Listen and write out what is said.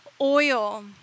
oil